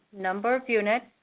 number of units,